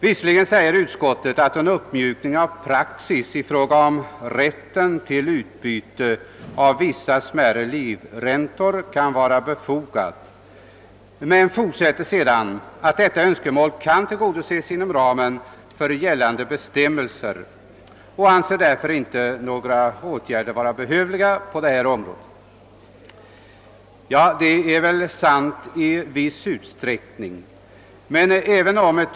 Visserligen säger utskottet: »En uppmjukning av praxis i fråga om rätten till utbyte av vissa smärre livräntor kan därför vara befogad», men fortsätter sedan och säger att »detta önskemål kan tillgodoses inom ramen för gällande bestämmelser». Utskottet anser därför inte att några åtgärder är behövliga på detta område. Ja, i viss utsträckning är väl detta sant.